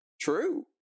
True